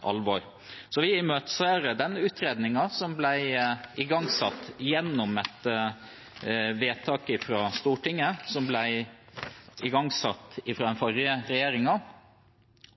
alvor. Så vi imøteser den utredningen, som gjennom et vedtak i Stortinget ble igangsatt av den forrige regjeringen,